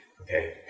okay